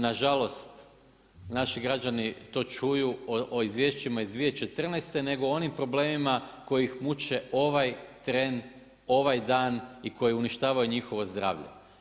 Na žalost naši građani to čuju o izvješćima iz 2014. nego o onim problemima koji ih muče ovaj tren, ovaj dan i koji uništavaju njihovo zdravlje.